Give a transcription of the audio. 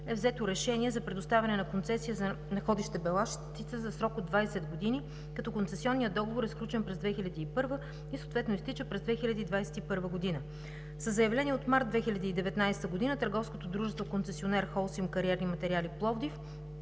е взето решение за предоставяне на концесия за находище Беласица за срок от 20 години, като концесионният договор е сключен през 2001 г. и съответно изтича през 2021 година. Със заявление от месец март 2019 г. търговското дружество концесионер „Холсим Кариерни материали Пловдив“